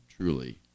truly